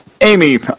Amy